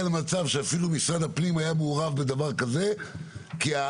למצב שאפילו משרד הפנים היה מעורב בדבר כזה ויזם